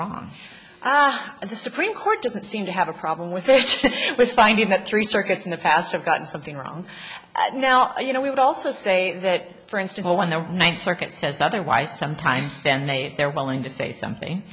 wrong and the supreme court doesn't seem to have a problem with each with finding that three circuits in the past have gotten something wrong and now you know we would also say that for instance when the ninth circuit says otherwise sometime then they they're willing to say something